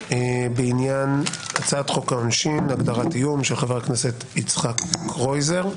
בעניין הצעת חוק העונשין (הגדרת איום) של חבר הכנסת יצחק קרויזר.